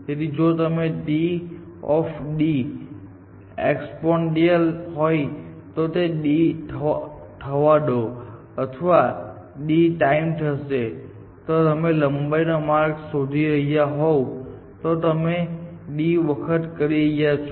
તેથી જો T exponential હોય તો તેને d થવા દો તે આ d ટાઇમ થશે જો તમે લંબાઈનો માર્ગ શોધી રહ્યા હોવ તો તમે તે d વખત કરી રહ્યા છો